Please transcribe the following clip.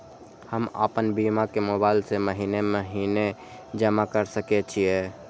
हम आपन बीमा के मोबाईल से महीने महीने जमा कर सके छिये?